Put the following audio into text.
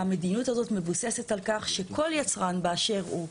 המדיניות הזאת מבוססת על כך שכל יצרן באשר הוא,